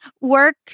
work